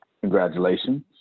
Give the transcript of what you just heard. congratulations